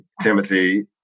Timothy